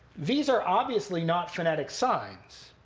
these are obviously not phonetic signs.